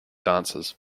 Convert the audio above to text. dances